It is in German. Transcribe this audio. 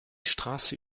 straße